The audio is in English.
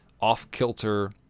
off-kilter